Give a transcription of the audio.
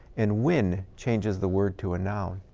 and win changes the word to a noun.